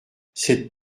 cette